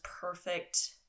perfect